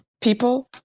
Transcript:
people